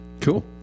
Cool